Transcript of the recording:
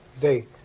day